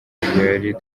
gihari